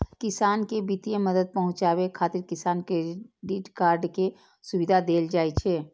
किसान कें वित्तीय मदद पहुंचाबै खातिर किसान क्रेडिट कार्ड के सुविधा देल जाइ छै